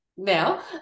Now